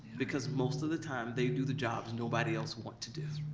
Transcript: because most of the time they do the jobs nobody else want to do.